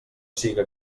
siga